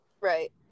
Right